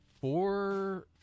four